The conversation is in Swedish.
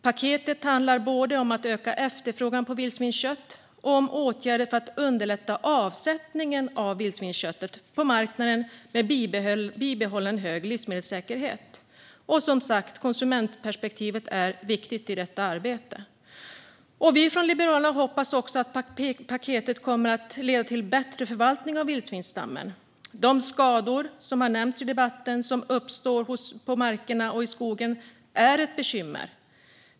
Paketet handlar både om att öka efterfrågan på vildsvinskött och om åtgärder för att underlätta avsättningen för vildsvinskött på marknaden med bibehållen hög livsmedelssäkerhet. Och, som sagt, konsumentperspektivet är viktigt i detta arbete. Vi i Liberalerna hoppas att paketet även kommer att leda till bättre förvaltning av vildsvinstammen. Som nämnts i debatten är de skador som uppstår i markerna och i skogen ett bekymmer.